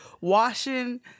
washing